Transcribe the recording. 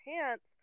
pants